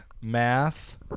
math